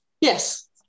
Yes